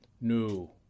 no